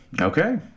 Okay